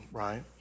right